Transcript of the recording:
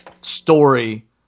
story